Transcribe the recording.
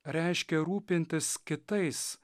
reiškia rūpintis kitais